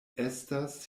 estas